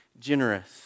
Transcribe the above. generous